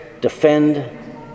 defend